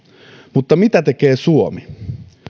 mutta mitä tekee suomi